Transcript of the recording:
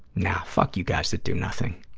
nah, fuck you guys that do nothing.